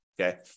okay